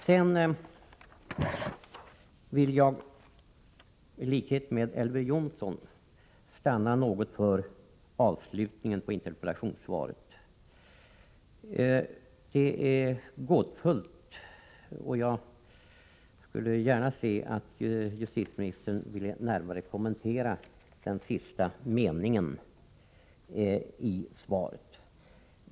Sedan vill jag i likhet med Elver Jonsson stanna något vid avslutningen på interpellationssvaret. Det är gåtfullt, och jag skulle gärna se att justitieministern ville närmare kommentera den sista meningen i svaret.